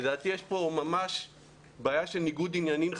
לדעתי יש פה ממש בעיה חמורה של ניגוד עניינים.